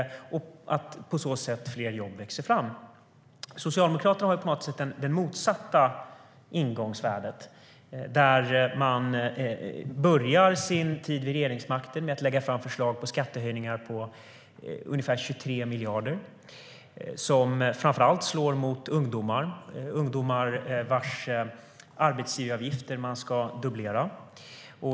På så sätt växer fler jobb fram. Socialdemokraterna har på något sätt det motsatta ingångsvärdet. De börjar sin tid vid regeringsmakten med att lägga fram förslag på skattehöjningar på ungefär 23 miljarder. Detta slår framför allt mot ungdomar - ungdomar vars arbetsgivaravgifter man ska dubblera.